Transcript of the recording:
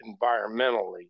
environmentally